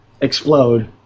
explode